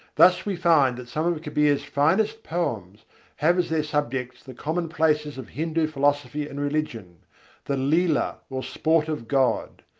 thus we find that some of kabir's finest poems have as their subjects the commonplaces of hindu philosophy and religion the lila or sport of god,